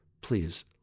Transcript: please